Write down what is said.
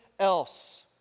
else